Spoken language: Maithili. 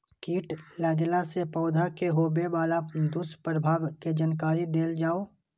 कीट लगेला से पौधा के होबे वाला दुष्प्रभाव के जानकारी देल जाऊ?